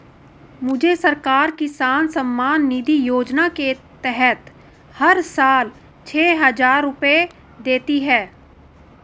मुझे सरकार किसान सम्मान निधि योजना के तहत हर साल छह हज़ार रुपए देती है